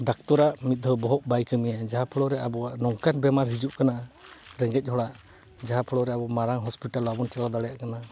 ᱰᱟᱠᱛᱚᱨᱟᱜ ᱢᱤᱫ ᱫᱷᱟᱹᱣ ᱵᱚᱦᱚᱜ ᱵᱟᱭ ᱠᱟᱹᱢᱤᱭᱟ ᱡᱟᱦᱟᱸ ᱯᱷᱳᱲᱳ ᱨᱮ ᱟᱵᱚᱣᱟᱜ ᱱᱚᱝᱠᱟᱱ ᱵᱤᱢᱟᱨ ᱦᱩᱭᱩᱜ ᱠᱟᱱᱟ ᱨᱮᱸᱜᱮᱡ ᱦᱚᱲᱟᱜ ᱡᱟᱦᱟᱸ ᱯᱷᱳᱲᱳ ᱨᱮ ᱟᱵᱚ ᱢᱟᱨᱟᱝ ᱦᱚᱥᱯᱤᱴᱟᱞ ᱵᱟᱵᱚᱱ ᱪᱟᱞᱟᱣ ᱫᱟᱲᱮᱭᱟᱜ ᱠᱟᱱᱟ